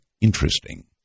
interesting